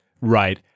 Right